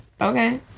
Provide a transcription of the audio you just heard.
okay